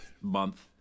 month